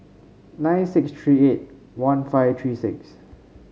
nine six three eight one five three six